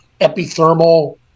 epithermal